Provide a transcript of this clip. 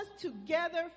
together